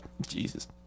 Jesus